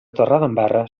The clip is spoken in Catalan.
torredembarra